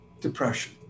depression